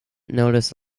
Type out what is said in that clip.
notice